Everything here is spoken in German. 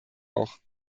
auch